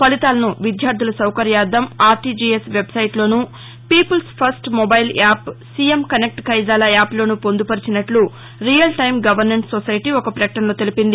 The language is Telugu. ఫలితాలను విద్యార్థుల సౌకర్యార్ధం ఆర్లీజీఎస్ వెబ్సైట్లోనూ people's first mobile app CM connect Kaizala యాప్లోనూ పొందుపరిచినట్ల రియల్టైమ్ గవర్నెన్స్ సొసైటీ ఒక ప్రకటనలో తెలిపింది